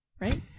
Right